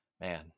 man